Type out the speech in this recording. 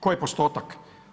Koji je postotak?